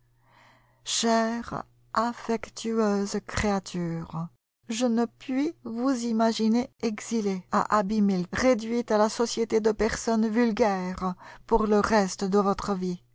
chère affectueuse créature je ne puis vous imaginer exilée à abbey mill réduite à la société de personnes vulgaires pour le reste de votre vie